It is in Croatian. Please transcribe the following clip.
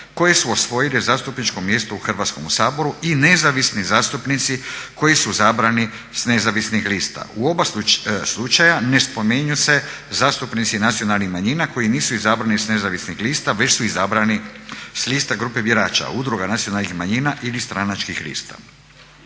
koje su osvojile zastupničko mjesto u Hrvatskom saboru i nezavisni zastupnici koji su izabrani s nezavisnih lista. U oba slučaja ne spominju se zastupnici nacionalnih manjina koji nisu izabrani s nezavisnih lista već su izabrani s lista grupe birača, udruga nacionalnih manjina ili stranačkih lista.